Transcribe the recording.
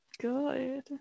good